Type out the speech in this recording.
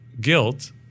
guilt